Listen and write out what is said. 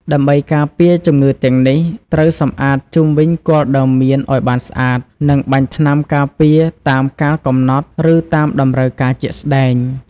ដើម្បីការពារជំងឺទាំងនេះ ត្រូវសម្អាតជុំវិញគល់ដើមមៀនឱ្យបានស្អាត និងបាញ់ថ្នាំការពារតាមកាលកំណត់ ឬតាមតម្រូវការជាក់ស្តែង។